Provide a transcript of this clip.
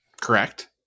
correct